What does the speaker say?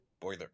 BOILER